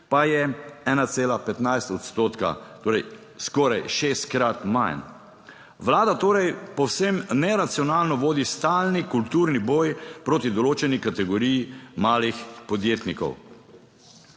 pa je 1,15 odstotka, torej skoraj šestkrat manj. Vlada torej povsem neracionalno vodi stalni kulturni boj proti določeni kategoriji malih podjetnikov.